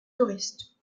touristes